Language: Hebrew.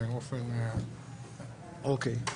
אוקיי.